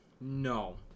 No